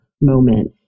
moment